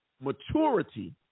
maturity